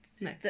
no